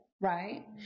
right